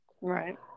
Right